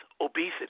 obesity